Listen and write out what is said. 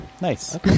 Nice